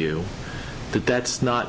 you but that's not